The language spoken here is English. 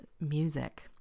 music